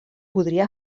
podria